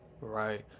right